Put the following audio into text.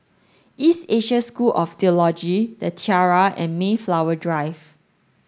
East Asia School of Theology The Tiara and Mayflower Drive